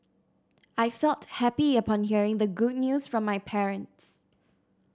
I felt happy upon hearing the good news from my parents